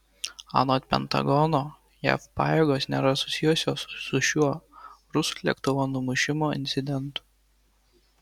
anot pentagono jav pajėgos nėra susijusios su šiuo rusų lėktuvo numušimo incidentu